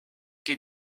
que